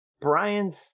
brian's